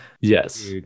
yes